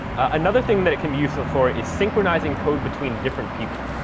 another thing that it can be useful for is synchronizing code between different people.